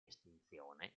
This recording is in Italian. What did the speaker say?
estinzione